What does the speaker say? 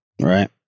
Right